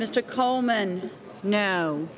mr coleman no